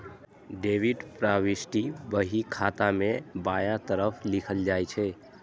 debit प्रवृष्टि बही खाता मे बायां तरफ लिखल जाइ छै